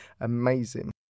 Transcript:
amazing